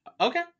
Okay